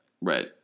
right